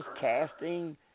casting